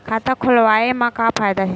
खाता खोलवाए मा का फायदा हे